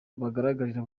bugaragarira